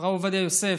הרב עובדיה יוסף.